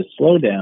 slowdown